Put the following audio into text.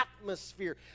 atmosphere